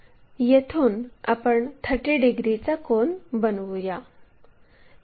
येथून आपण 30 डिग्रीचा कोन बनवूया